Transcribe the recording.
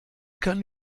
kann